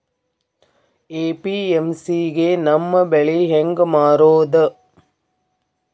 APMC ಗೆ ನಮ್ಮ ಬೆಳಿ ಹೆಂಗ ಮಾರೊದ?